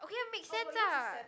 okay makes sense ah